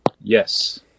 Yes